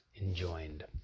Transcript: enjoined